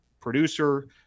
producer